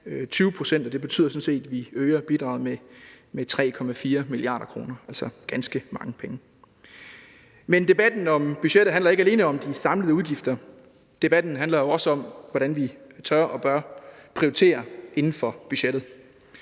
20 pct., og det betyder sådan set, at vi øger bidraget med 3,4 mia. kr., altså ganske mange penge. Men debatten om budgettet handler ikke alene om de samlede udgifter. Debatten handler jo også om, hvordan vi tør og bør prioritere inden for budgettet.